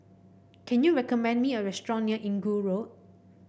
can you recommend me a restaurant near Inggu Road